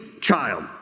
child